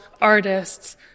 artists